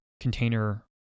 container